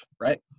right